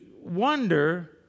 wonder